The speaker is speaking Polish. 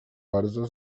bardzo